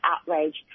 outrage